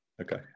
Okay